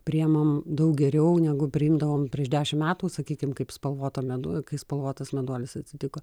priimam daug geriau negu priimdavom prieš dešimt metų sakykim kaip spalvoto medu kai spalvotas meduolis atsitiko